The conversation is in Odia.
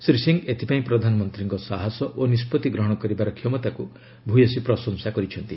ଶ୍ରୀ ସିଂହ ଏଥିପାଇଁ ପ୍ରଧାନମନ୍ତ୍ରୀଙ୍କର ସାହସ ଓ ନିଷ୍ପଭି ଗ୍ରହଣ କରିବାର କ୍ଷମତାକୁ ଭୟସୀ ପ୍ରଶଂସା କରିଛନ୍ତି